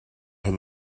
oedd